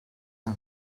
naa